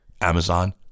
Amazon